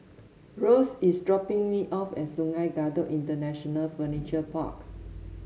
Russ is dropping me off at Sungei Kadut International Furniture Park